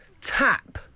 Tap